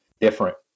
different